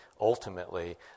ultimately